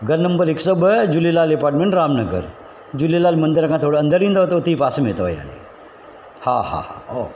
घरु नंबर हिकु सौ ॿ झूलेलाल इपार्टमेंट रामनगर झूलेलाल मंदर खां थोरो अंदरि ईंदव त उते ई पासे में अथव याने हा हा हा ओके